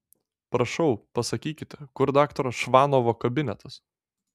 prašau pasakykite kur daktaro čvanovo kabinetas